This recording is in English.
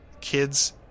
kids